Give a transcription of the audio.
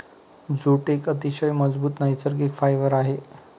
jute एक अतिशय मजबूत नैसर्गिक फायबर आहे